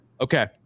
okay